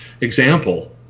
example